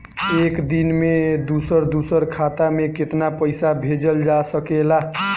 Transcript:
एक दिन में दूसर दूसर खाता में केतना पईसा भेजल जा सेकला?